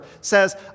says